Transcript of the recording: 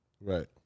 Right